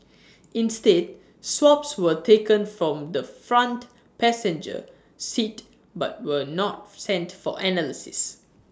instead swabs were taken from the front passenger seat but were not sent for analysis